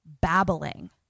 babbling